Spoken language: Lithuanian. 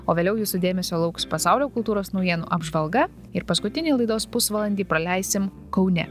o vėliau jūsų dėmesio lauks pasaulio kultūros naujienų apžvalga ir paskutinį laidos pusvalandį praleisim kaune